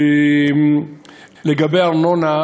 לגבי הארנונה,